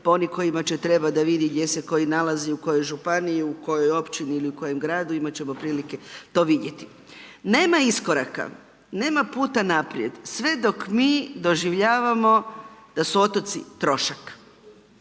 oni kojima će trebat da vidi gdje se koji nalazi u kojoj županiji, u kojoj općini ili u kojem gradu, imat ćemo prilike to vidjeti. Nema iskoraka, nema puta naprijed sve dok mi doživljavamo da su otoci trošak